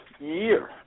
Year